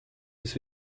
ist